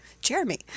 Jeremy